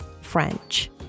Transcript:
French